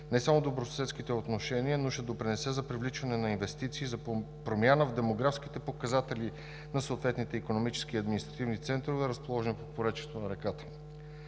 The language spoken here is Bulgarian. не само добросъседските отношения, но ще допринесе за привличане на инвестиции, за промяна в демографските показатели на съответните икономически и административни центрове, разположени по поречието на реката.